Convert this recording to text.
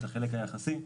את החלק היחסי.